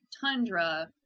tundra